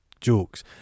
jokes